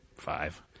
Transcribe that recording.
five